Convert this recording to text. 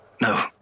No